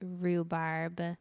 rhubarb